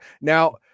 Now